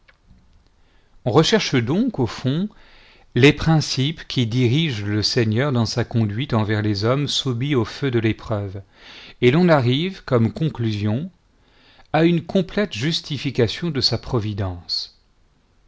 on recherche donc au fond les principes qui dirigent le seigneur dans sa conduite envers les hommes soumis au feu de l'épreuve et l'on arrive comme conclusion à une complète justification de sa providence